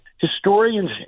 Historians